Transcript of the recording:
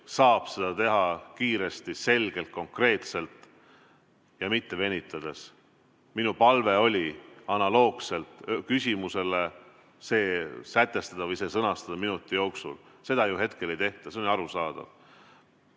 saab seda teha kiiresti, selgelt, konkreetselt ja mitte venitades. Minu palve oli analoogselt küsimusega see pöördumine sõnastada minuti jooksul. Seda hetkel ei tehta, see on ju arusaadav.